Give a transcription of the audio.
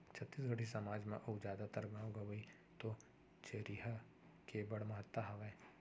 छत्तीसगढ़ी समाज म अउ जादातर गॉंव गँवई तो चरिहा के बड़ महत्ता हावय